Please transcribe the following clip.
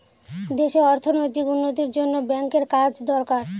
দেশে অর্থনৈতিক উন্নতির জন্য ব্যাঙ্কের কাজ দরকার